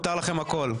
מותר לכם הכול.